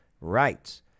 right